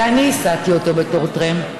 ואני הסעתי אותו בטרמפ,